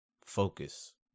Focus